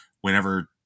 whenever